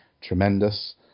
tremendous